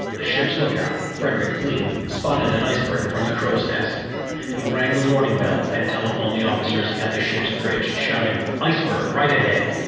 the ship's lookout, frederick fleet spotted an iceberg from the crow's nest he rang the warning bell and telephoned the officers at the ship's bridge, shouting, iceberg! right ahead!